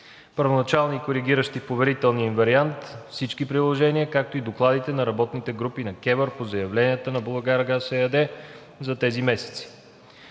първоначални и коригиращи в поверителния им вариант, с всички приложения, както и докладите на работните групи на КЕВР по заявленията на „Булгаргаз“ ЕАД за тези месеци.